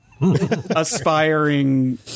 Aspiring